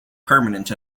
permanent